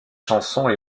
chansons